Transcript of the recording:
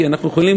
כי אנחנו יכולים